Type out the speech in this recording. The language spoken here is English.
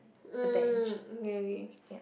mm okay okay